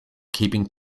keeping